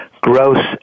gross